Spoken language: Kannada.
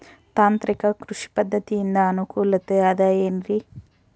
ತಾಂತ್ರಿಕ ಕೃಷಿ ಪದ್ಧತಿಯಿಂದ ಅನುಕೂಲತೆ ಅದ ಏನ್ರಿ?